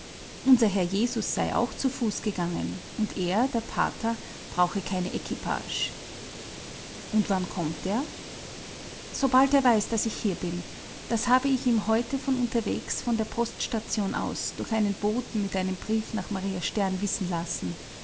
unser herr jesus sei auch zu fuß gegangen und er der pater brauche keine equipage und wann kommt er sobald er weiß daß ich hier bin das habe ich ihm heute von unterwegs von der poststation aus durch einen boten mit einem brief nach maria stern wissen lassen